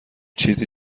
چیزی